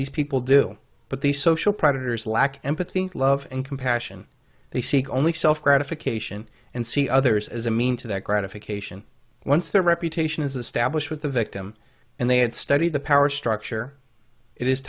these people do but the social predators lack empathy love and compassion they seek only self gratification and see others as a means to that gratification once their reputation is established with the victim and they had studied the power structure it is